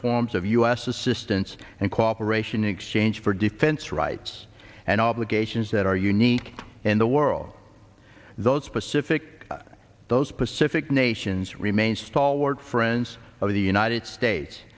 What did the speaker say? forms of u s assistance and cooperation in exchange for defense rights and obligations that are unique in the world those specific those pacific nations remain stalwart friends of the united states